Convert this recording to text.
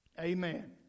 Amen